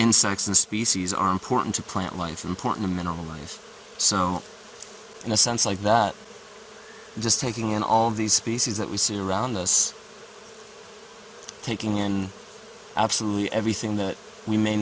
insects and species are important to plant life important in a life so in a sense like that just taking in all these species that we see around us taking on absolutely everything that we may